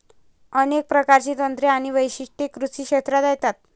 अनेक प्रकारची तंत्रे आणि वैशिष्ट्ये कृषी क्षेत्रात येतात